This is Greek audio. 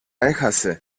έχασε